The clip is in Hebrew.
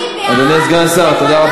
אני בעד איך אנחנו, אדוני סגן השר, תודה רבה.